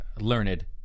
learned